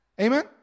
Amen